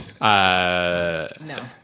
No